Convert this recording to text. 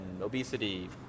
obesity